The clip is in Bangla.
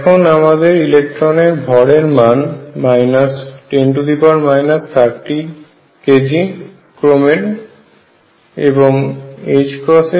এখন আমদের ইলেকট্রনের ভরের মান 10 30 kg ক্রমের